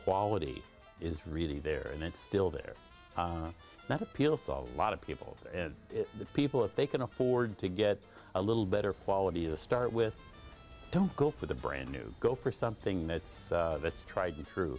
quality is really there and it's still there that appeals to a lot of people that people if they can afford to get a little better quality a start with don't go for the brand new go for something that's tr